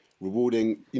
rewarding